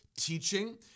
teaching